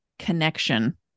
connection